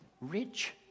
Rich